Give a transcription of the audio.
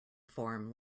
form